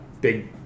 big